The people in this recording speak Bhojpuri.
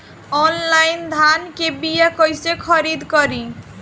आनलाइन धान के बीया कइसे खरीद करी?